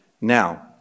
Now